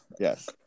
Yes